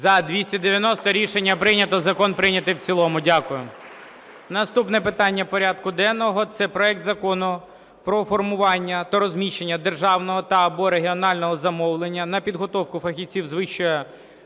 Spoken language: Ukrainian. За-290 Рішення прийнято. Закон прийнятий в цілому. Дякую. Наступне питання порядку денного – це проект Закону про формування та розміщення державного та/або регіонального замовлення на підготовку фахівців з вищою,